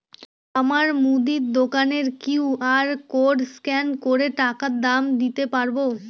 আমার মুদি দোকানের কিউ.আর কোড স্ক্যান করে টাকা দাম দিতে পারব?